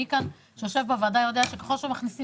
מי שיושב בוועדה כאן יודע שככל שמכניסים